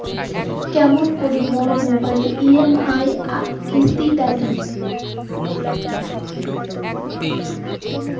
কেমন করি মোর মোবাইলের ই.এম.আই কিস্তি টা দিম?